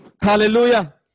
Hallelujah